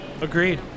agreed